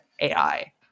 AI